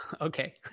Okay